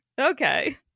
okay